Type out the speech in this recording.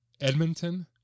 edmonton